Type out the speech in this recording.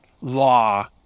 law